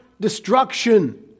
destruction